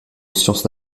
sciences